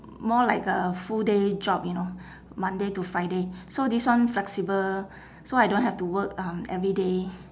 more like a full day job you know monday to friday so this one flexible so I don't have to work um every day